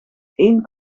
één